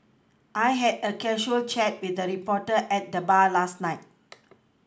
I had a casual chat with a reporter at the bar last night